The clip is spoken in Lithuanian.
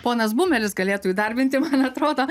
ponas bumelis galėtų įdarbinti man atrodo